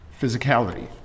physicality